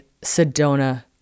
Sedona